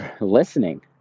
listening